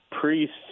priests